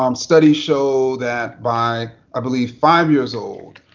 um studies show that by, i believe, five years old,